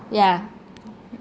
yeah